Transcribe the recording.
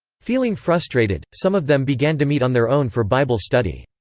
feeling frustrated, some of them began to meet on their own for bible study.